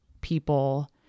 people